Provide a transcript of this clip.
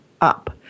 up